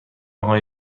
های